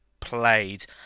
played